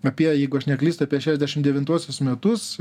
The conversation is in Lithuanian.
apie jeigu aš neklystu apie šešiasdešim devintuosius metus